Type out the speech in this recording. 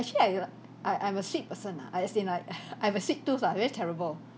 actually I l~ I I'm a sweet person ah I as in like I have a sweet tooth lah very terrible